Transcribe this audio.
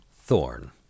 Thorn